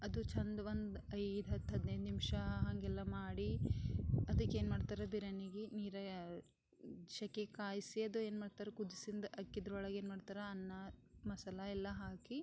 ಅದು ಚೆಂದ ಬಂದು ಐದು ಹತ್ತು ಹದ್ನೈದು ನಿಮಿಷ ಹಾಗೆಲ್ಲ ಮಾಡಿ ಅದಕ್ಕೆ ಏನ್ಮಾಡ್ತಾರೆ ಬಿರ್ಯಾನಿಗೆ ನಿರಯ್ ಸೆಕೆಗೆ ಕಾಯಿಸಿ ಅದ ಏನ್ಮಾಡ್ತಾರೆ ಕುದ್ಸಿದ್ದು ಅಕ್ಕಿದ್ರೊಳಗ ಏನ್ಮಾಡ್ತಾರೆ ಅನ್ನ ಮಸಾಲ ಎಲ್ಲ ಹಾಕಿ